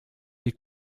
les